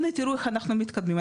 תראו איך אנחנו מתקדמים,